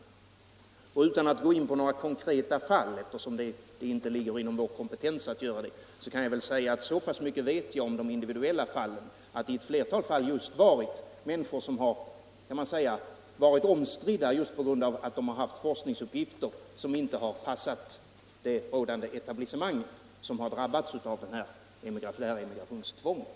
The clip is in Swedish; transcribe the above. Utan att gå in på några konkreta fall, eftersom det inte ligger inom vår kompetens, kan jag säga att jag vet så pass mycket om dem att jag vågar påstå att det i ett flertal fall just varit omstridda människor som, på grund av att deras forskningsuppgifter inte passat det rådande etablissemanget, drabbats av emigrationstvånget.